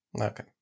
Okay